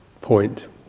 point